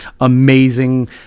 amazing